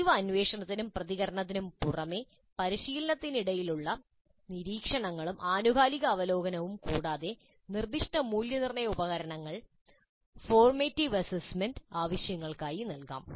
പതിവ് അന്വേഷണത്തിനും പ്രതികരണത്തിനും പുറമെ പരിശീലനത്തിനിടയിലുള്ള നിരീക്ഷണങ്ങളും ആനുകാലിക അവലോകനവും കൂടാതെ നിർദ്ദിഷ്ട മൂല്യനിർണ്ണയ ഉപകരണങ്ങൾ ഫോർമാറ്റീവ് അസസ്മെന്റ് ആവശ്യങ്ങൾക്കായി നൽകാം